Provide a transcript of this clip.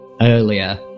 earlier